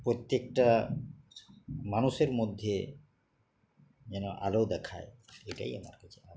প্রত্যেকটা মানুষের মধ্যে যেন আলো দেখায় এটাই আমার কাছে আ